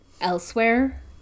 elsewhere